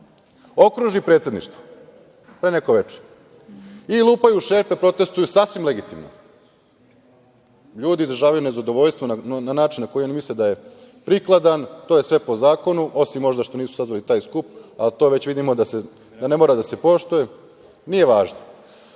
okruži predsedništvo pre neko veče i lupaju u šerpe, protestuju sasvim legitimno, ljudi izražavaju nezadovoljstvo na način na koji oni misle da je prikladan, to je sve po zakonu, osim možda što nisu sazvali taj skup, a to već vidimo da ne mora da se poštuje, nije važno.